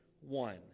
one